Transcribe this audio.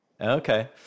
Okay